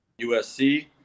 usc